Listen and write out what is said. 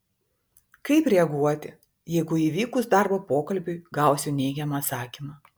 kaip reaguoti jeigu įvykus darbo pokalbiui gausiu neigiamą atsakymą